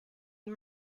and